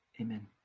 Amen